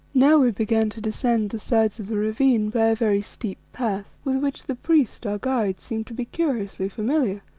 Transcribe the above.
now we began to descend the sides of the ravine by a very steep path, with which the priest, our guide, seemed to be curiously familiar,